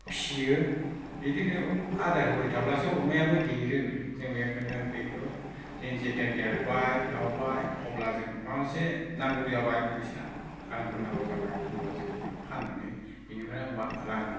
फिसियो बिदिनो आदार होबाय थाब्लासो अमायाबो देरो जों बेखायनो बेखो बि जेतिया देरबाय लावबाय अब्ला जों माबा मोनसे नांगौ जाबाय फैसा रांफोर नांगौ जाब्ला जेनेबा जों बेखो फाननानै बिनिफ्राय आं मा रां